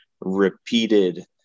repeated